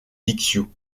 bixiou